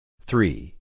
Three